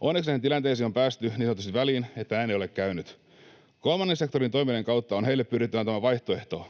Onneksi näihin tilanteisiin on päästy niin sanotusti väliin, että näin ei ole käynyt. Kolmannen sektorin toiminnan kautta on heille pyritty antamaan vaihtoehto.